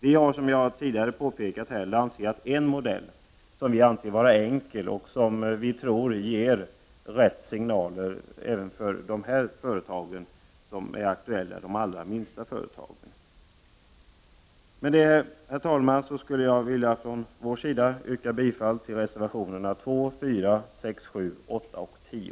Vi har, som jag tidigare har påpekat, lanserat en modell som vi anser vara enkel och som vi tror ger rätt signaler även till de företag som här är aktuella, dvs. de allra minsta företagen. Herr talman! Med detta vill jag som representant för centerpartiet yrka bifall till reservationerna 2, 4, 6, 7, 8 och 10.